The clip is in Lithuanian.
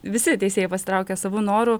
visi teisėjai pasitraukia savo noru